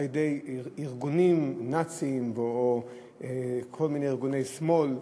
ארגונים נאציים וכל מיני ארגוני שמאל,